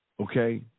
Okay